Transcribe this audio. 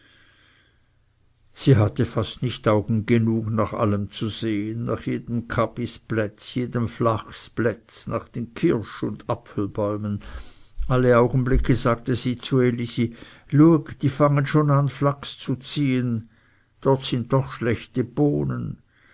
sie hatte fast nicht augen genug nach allem zu sehen nach jedem kabisplätz jedem flachsplätz nach den kirsch und apfelbäumen alle augenblicke sagte sie zu elisi lueg die fangen schon an flachs zu ziehen dort sind doch schlechte bohnen